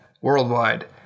worldwide